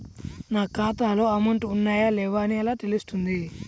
నా ఖాతాలో అమౌంట్ ఉన్నాయా లేవా అని ఎలా తెలుస్తుంది?